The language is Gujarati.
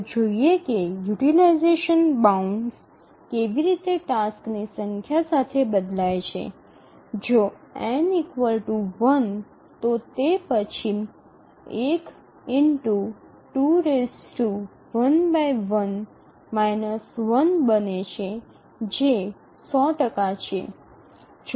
ચાલો જોઈએ કે યુટીલાઈઝેશન બાઉન્ડ કેવી રીતે ટાસક્સની સંખ્યા સાથે બદલાય છે જો n 1 તો પછી તે 1 2 1 બને છે જે ૧00 ટકા છે